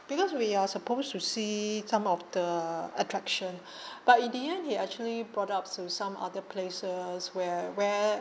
because we are supposed to see some of the attraction but in the end he actually brought up to some other places where where